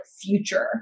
future